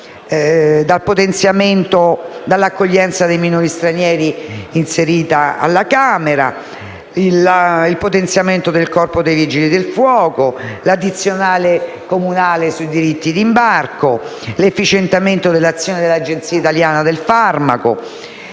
andiamo dall'accoglienza dei minori stranieri (inserita alla Camera), al potenziamento del Corpo dei vigili del fuoco, all'addizionale comunale sui diritti di imbarco, all'efficientamento dell'azione dell'Agenzia italiana del farmaco,